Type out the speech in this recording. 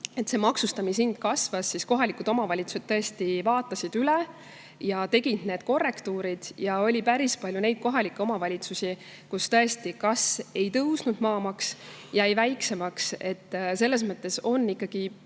et see maksustamishind kasvas, kohalikud omavalitsused tõesti vaatasid asja üle ja tegid need korrektuurid. Oli päris palju kohalikke omavalitsusi, kus tõesti kas ei tõusnud maamaks või jäi väiksemaks. Selles mõttes on ikkagi piisav